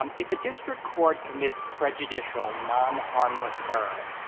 um if a district court commits prejudicial nonharmless error,